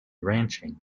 ranching